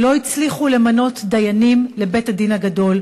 לא הצליחו למנות דיינים לבית-הדין הגדול